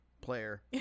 player